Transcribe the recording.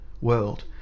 world